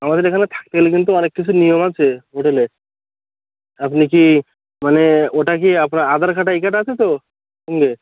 আমাদের এখানে থাকতে গেলে কিন্তু অনেক কিছু নিয়ম আছে হোটেলের আপনি কি মানে ওটা কি আপনার আধার কার্ড আই কার্ড আছে তো সঙ্গে